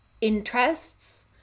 interests